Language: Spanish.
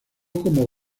como